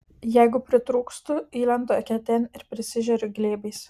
jeigu pritrūkstu įlendu eketėn ir prisižeriu glėbiais